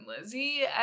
Lizzie